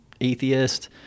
atheist